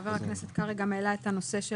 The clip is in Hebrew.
חבר הכנסת קרעי גם העלה את הנושא של